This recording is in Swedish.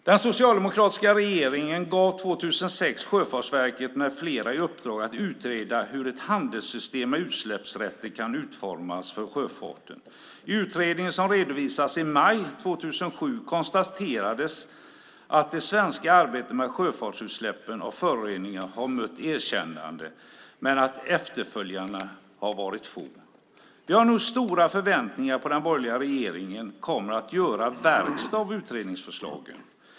Den socialdemokratiska regeringen gav 2006 Sjöfartsverket med flera i uppdrag att utreda hur ett handelssystem med utsläppsrätter kan utformas för sjöfarten. I utredningen som redovisades i maj 2007 konstaterades att det svenska arbetet med sjöfartsutsläppen av föroreningar har mött erkännande men att efterföljarna har varit få. Vi har nu stora förväntningar på att den borgerliga regeringen kommer att göra verkstad av utredningsförslagen.